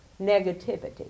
negativity